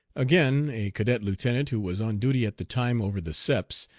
again a cadet lieutenant, who was on duty at the time over the seps,